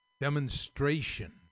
demonstration